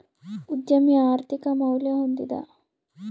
ಉದ್ಯಮಿ ಆರ್ಥಿಕ ಮೌಲ್ಯ ಹೊಂದಿದ